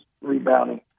rebounding